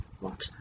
watch